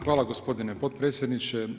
Hvala gospodine potpredsjedniče.